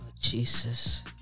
Jesus